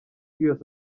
yose